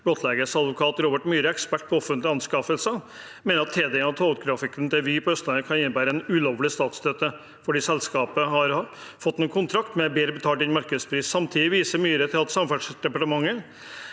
blottlegges. Advokat Robert Myhre, ekspert på offentlige anskaffelser, mener at tildelingen av togtrafikken på Østlandet til Vy kan innebære en ulovlig statsstøtte fordi selskapet har fått kontrakt som er bedre betalt enn markedspris. Samtidig viser Myhre til at Samferdselsdepartementet